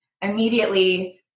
immediately